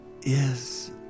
yes